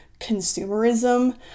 consumerism